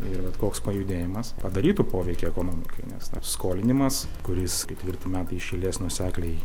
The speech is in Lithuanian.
ir bet koks pajudėjimas padarytų poveikį ekonomikai nes skolinimas kuris ketvirti metai iš eilės nuosekliai